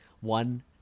one